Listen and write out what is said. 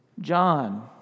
John